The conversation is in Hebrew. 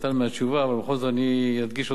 ובכל זאת אדגיש עוד כמה נקודות.